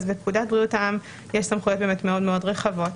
אז בפקודת בריאות העם יש באמת סמכויות מאוד מאוד רחבות.